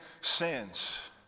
sins